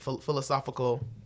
philosophical